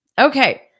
okay